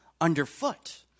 underfoot